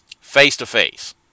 face-to-face